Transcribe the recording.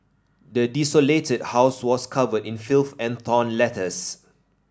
the desolated house was covered in filth and torn letters